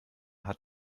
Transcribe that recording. hat